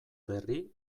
berri